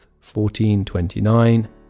1429